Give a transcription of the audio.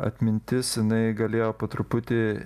atmintis jinai galėjo po truputį